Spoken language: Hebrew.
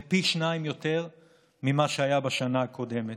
זה פי שניים יותר ממה שהיה בשנה הקודמת.